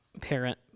parent